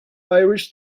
irish